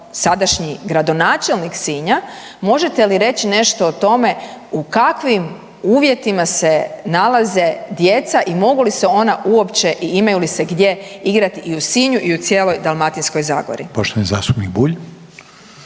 sadašnji gradonačelnik Sinja možete li reći nešto o tome u kakvim uvjetima se nalaze djeca i mogu li se ona uopće i imaju li se gdje igrati i u Sinju i u cijeloj Dalmatinskoj zagori? **Reiner, Željko